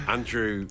Andrew